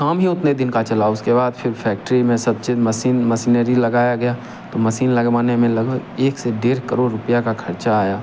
काम ही उतने दिन का चला उसके बाद फिर फैक्ट्री में सब चीज मशीनरी लगवाया गया तो मशीन लगवाने में लगभग एक से डेढ़ करोड़ रुपया का खर्चा आया